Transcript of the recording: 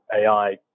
AI